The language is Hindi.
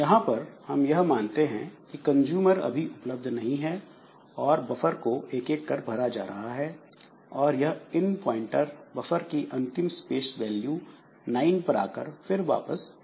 यहां पर हम यह मानते हैं कि कंजूमर अभी उपलब्ध नहीं है और बफर एक एक कर भर रहा है और यह इन पॉइंटर बफर की अंतिम स्पेस वैल्यू 9 पर आकर फिर वापस 0 पर जाएगा